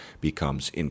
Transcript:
becomes